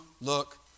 look